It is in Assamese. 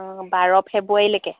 অঁ বাৰ ফেব্ৰুৱাৰীলৈকে